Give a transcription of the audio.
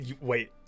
Wait